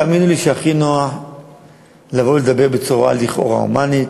תאמינו לי שהכי נוח לדבר בצורה לכאורה הומנית.